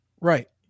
Right